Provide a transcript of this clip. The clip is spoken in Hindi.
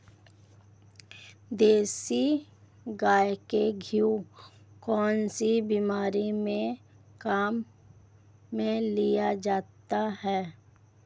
देसी गाय का घी कौनसी बीमारी में काम में लिया जाता है?